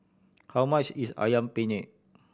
how much is Ayam Penyet